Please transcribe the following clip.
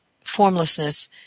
formlessness